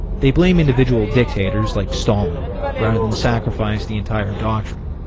they blame individual dictators like stalin rather than sacrifice the entire doctrine.